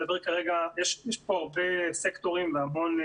יש כאן הרבה סקטורים.